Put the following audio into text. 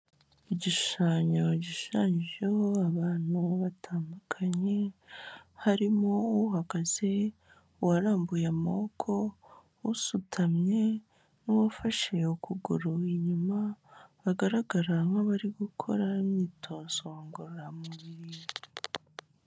Igishushanyo gishushanyijeho abantu batandukanye, harimo uhagaze, uwarambuye amaboko, usutamye n'uwafashe ukuguru inyuma, bagaragara nk'abari gukora imyitozo ngororamubiri.